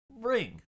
ring